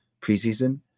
preseason